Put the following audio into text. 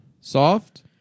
Soft